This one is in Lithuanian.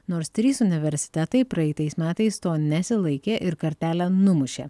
nors trys universitetai praeitais metais to nesilaikė ir kartelę numušė